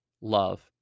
love